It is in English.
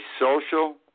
social